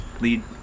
lead